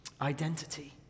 identity